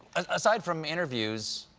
aside from interviews,